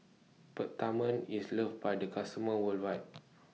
Peptamen IS loved By The customers worldwide